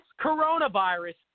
coronavirus